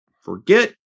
forget